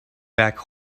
back